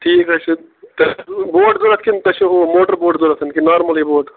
ٹھیٖک حظ چھِ تۄہہِ بوٹ ضوٚرَتھ کِنہٕ تۄہہِ چھُ ہُہ موٹَر بوٹ ضوٚرَتھ کِنہٕ نارمَلٕے بوٹ